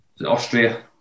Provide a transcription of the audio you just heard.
Austria